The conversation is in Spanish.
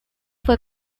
fue